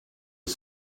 est